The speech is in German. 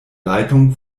leitung